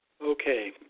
Okay